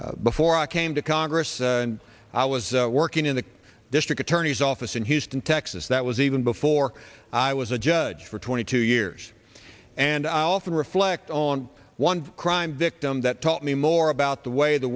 before i came to congress i was working in the district attorney's office in houston texas that was even before i was a judge for twenty two years and i often reflect on one crime victim that taught me more about the way the